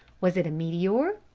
was it a meteor?